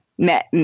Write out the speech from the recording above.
Met